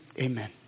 Amen